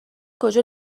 کجا